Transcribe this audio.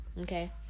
Okay